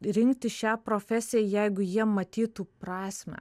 rinktis šią profesiją jeigu jie matytų prasmę